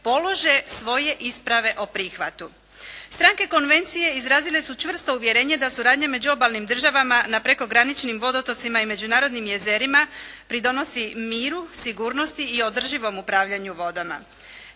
polože svoje isprave o prihvatu. Stranke konvencije izrazile su čvrsto uvjerenje da suradnja među obalnim državama na prekograničnim vodotocima i međunarodnim jezerima pridonosi miru, sigurnosti i održivom upravljanju vodama.